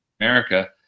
America